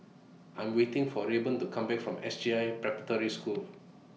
I'm waiting For Rayburn to Come Back from S J I Preparatory School